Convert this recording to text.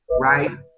right